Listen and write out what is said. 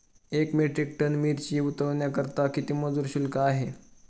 एक metric tonne मिरची उतरवण्याकरता मजूर शुल्क किती आहे?